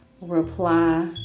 reply